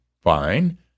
Fine